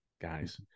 guys